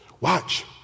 watch